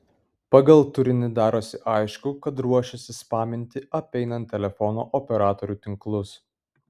pagal turinį darosi aišku kad ruošiasi spaminti apeinant telefono operatorių tinklus